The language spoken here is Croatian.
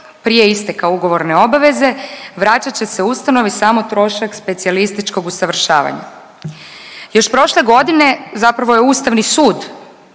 prije isteka ugovorne obaveze, vraćat će se ustanovi samo trošak specijalističkog usavršavanja. Još prošle godine zapravo je Ustavni sud